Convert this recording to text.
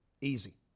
Easy